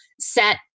set